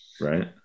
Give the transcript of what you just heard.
Right